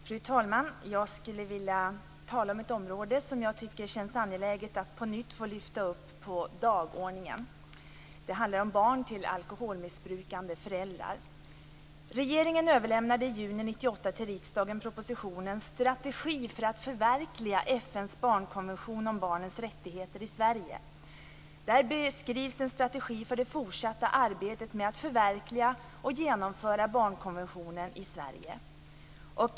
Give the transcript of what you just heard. Fru talman! Jag skulle vilja tala om ett område som jag tycker känns angeläget att på nytt få lyfta upp på dagordningen. Det handlar om barn till alkoholmissbrukande föräldrar. Regeringen överlämnade i juni 1998 till riksdagen propositionen Strategi för att förverkliga FN:s barnkonvention om barnens rättigheter i Sverige. Där beskrivs en strategi för det fortsatta arbetet med att förverkliga och genomföra barnkonventionen i Sverige.